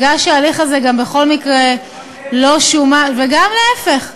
מכיוון שההליך הזה גם בכל מקרה לא, גם להפך.